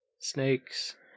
Snakes